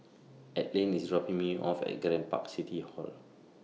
Adline IS dropping Me off At Grand Park City Hall